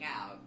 out